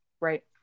Right